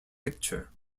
picture